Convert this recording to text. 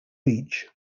beach